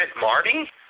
Marty